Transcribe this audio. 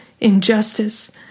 injustice